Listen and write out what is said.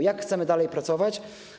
Jak chcemy dalej pracować?